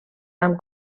amb